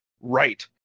right